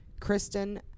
Kristen